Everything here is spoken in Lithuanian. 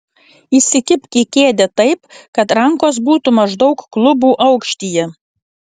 įsikibk į kėdę taip kad rankos būtų maždaug klubų aukštyje